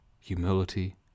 humility